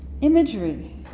Imagery